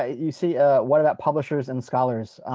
you say ah what about publishers and scholars,